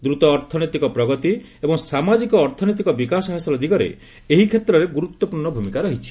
ଦ୍ରତ ଅର୍ଥନୈତିକ ପ୍ରଗତି ଏବଂ ସାମାଜିକ ଅର୍ଥନୈତିକ ବିକାଶ ହାସଲ ଦିଗରେ ଏହି କ୍ଷେତ୍ରର ଗୁରୁତ୍ୱପୂର୍ଣ୍ଣ ଭୂମିକା ରହିଛି